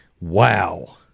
Wow